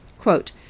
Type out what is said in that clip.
Quote